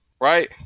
right